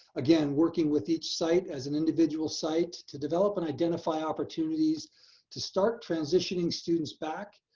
again, working with each site as an individual site to develop and identify opportunities to start transitioning students back,